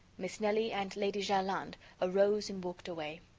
miss nelly and lady jerland arose and walked away.